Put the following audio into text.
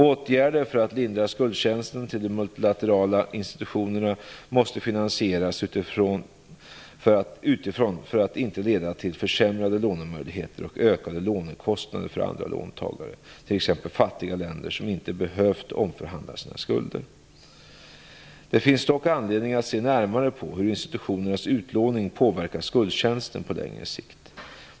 Åtgärder för att lindra skuldtjänsten till de multilaterala institutionerna måste finansieras utifrån för att inte leda till försämrade lånemöjligheter och ökade lånekostnader för andra låntagare, t.ex. fattiga länder som inte behövt omförhandla sina skulder. Det finns dock anledning att se närmare på hur institutionernas utlåning påverkar skuldtjänsten på längre sikt.